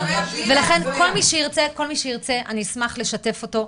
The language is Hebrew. ולכן כל מי שירצה אני אשמח לשתף אותו.